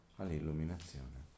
all'illuminazione